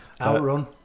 Outrun